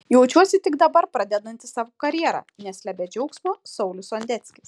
jaučiuosi tik dabar pradedantis savo karjerą neslepia džiaugsmo saulius sondeckis